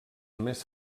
més